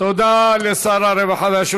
אדוני היושב-ראש,